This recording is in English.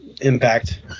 impact